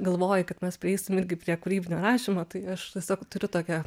galvoji kad mes prieisim irgi prie kūrybinio rašymo tai aš tiesiog turiu tokią